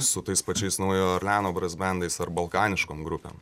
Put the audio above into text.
su tais pačiais naujojo orleano brasbendais ar balkaniškom grupėm